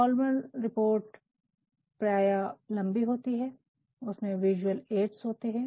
formal report प्राय लम्बी होती है और उनमे विज़ुअल एड्स छवि होती है